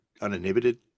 uninhibited